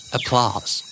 Applause